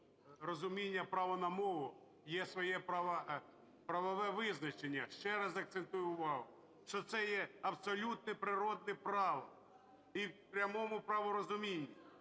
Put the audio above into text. розуміння "право на мову" - є своє правове визначення. Ще раз акцентую увагу, що це є абсолютне, природне право, і в прямому праворозумінні.